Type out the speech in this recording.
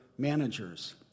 managers